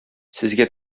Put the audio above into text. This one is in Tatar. сезгә